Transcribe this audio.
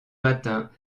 matin